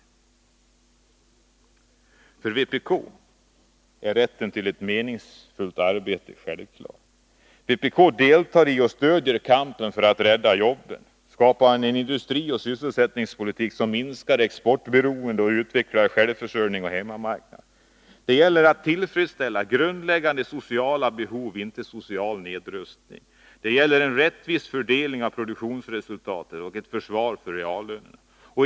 För vpk är rätten till ett meningsfullt arbete självklar. Vpk deltar i och stödjer kampen för att rädda jobben och för att skapa en industrioch sysselsättningspolitik som minskar exportberoendet och utvecklar självförsörjning och hemmamarknad. Det gäller att tillfredsställa grundläggande sociala behov, inte att genomföra social nedrustning. Det gäller en rättvis fördelning av produktionsresultatet och ett försvar för reallönerna.